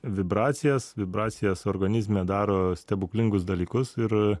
vibracijas vibracijas organizme daro stebuklingus dalykus ir